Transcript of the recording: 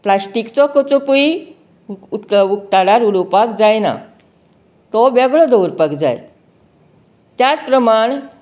प्लास्टिकचो कोचोपय उक उक उक्तडार उडोवपाक जायना तो वेगळो दवरपाक जाय त्याच प्रमाण